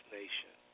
nation